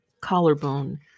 collarbone